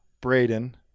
Braden